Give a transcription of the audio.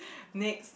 next